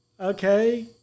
Okay